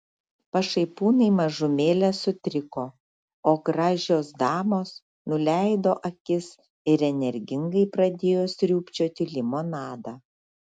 pašaipūnai mažumėlę sutriko o gražios damos nuleido akis ir energingai pradėjo sriubčioti limonadą